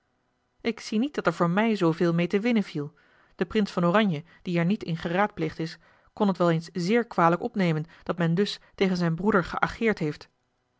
ik zie niet dat er voor mij zooveel meê te winnen viel de prins van oranje die er niet in geraadpleegd is kon het wel eens zeer kwalijk opnemen dat men dus tegen zijn broeder geageerd heeft